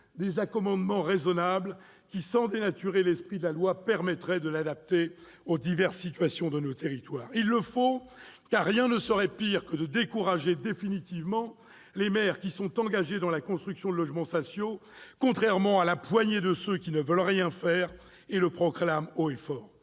des accommodements raisonnables qui, sans dénaturer l'esprit de la loi, permettraient de l'adapter aux diverses situations de nos territoires ? Il le faut, car rien ne serait pire que de décourager définitivement les maires qui sont engagés dans la construction de logements sociaux, contrairement à la poignée de ceux qui ne veulent rien faire et le proclament haut et fort.